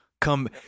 come